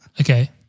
Okay